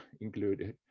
included